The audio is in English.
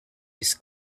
his